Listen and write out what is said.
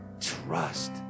trust